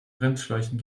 bremsschläuchen